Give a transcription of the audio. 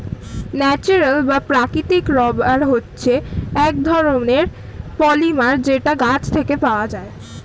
natural বা প্রাকৃতিক rubber হচ্ছে এক রকমের পলিমার যেটা গাছ থেকে পাওয়া যায়